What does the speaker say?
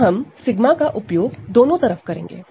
अब हम 𝜎 का उपयोग दोनों तरफ करेंगे